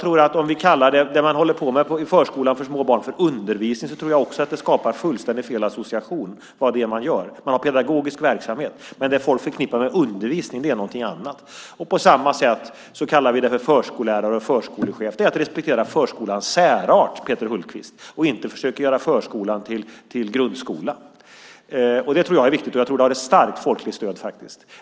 Om man kallar det man håller på med i förskolan för små barn för undervisning tror jag också att det skapar en fullständigt felaktig association. Man har pedagogisk verksamhet, men det folk förknippar med undervisning är något annat. På samma sätt kallar vi pedagogerna för förskollärare och förskolechef. Det är att respektera förskolans särart, Peter Hultqvist. Vi ska inte försöka göra förskolan till grundskola. Det tror jag är viktigt, och jag tror att detta har ett starkt folkligt stöd.